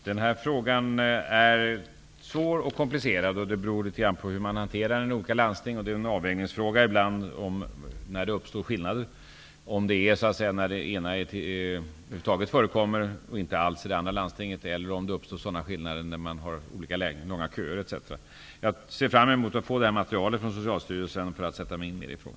Den här frågan är svår och komplicerad. Det beror litet grand på hur man hanterar den i olika landsting. Det är en avvägningsfråga. Det kan vara så att skillnader uppstår på grund av att man har en viss behandling i ett landsting medan man inte har det i ett annat eller också uppstår skillnader när man har olika långa köer. Jag ser fram emot att få materialet från Socialstyrelsen för att sätta mig in i frågan.